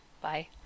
Bye